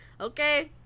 Okay